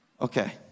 Okay